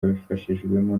abifashijwemo